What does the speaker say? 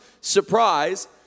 surprise